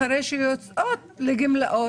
אחרי שהן יוצאות לגמלאות,